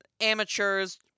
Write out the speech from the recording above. amateurs